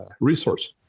resource